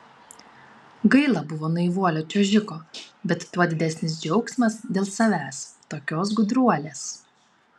gaila buvo naivuolio čiuožiko bet tuo didesnis džiaugsmas dėl savęs tokios gudruolės